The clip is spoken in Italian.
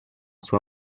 sua